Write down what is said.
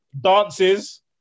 Dances